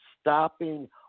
stopping